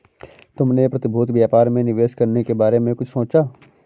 तुमने प्रतिभूति व्यापार में निवेश करने के बारे में कुछ सोचा?